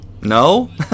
No